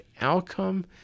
outcome